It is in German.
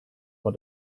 vor